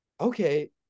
okay